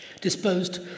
disposed